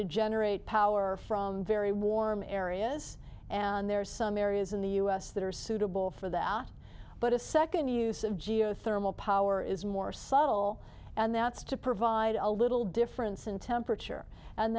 to generate power from very warm areas and there are some areas in the us that are suitable for that but a second use of geothermal power is more subtle and that's to provide a little difference in temperature and